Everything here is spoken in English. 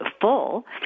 full